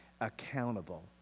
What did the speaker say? accountable